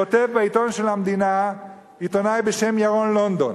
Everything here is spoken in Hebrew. כותב בעיתון של המדינה עיתונאי בשם ירון לונדון,